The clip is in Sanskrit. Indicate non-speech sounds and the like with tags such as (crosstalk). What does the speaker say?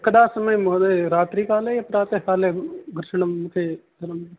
कदा समय महोदय रात्रिकाले प्रातःकाले (unintelligible)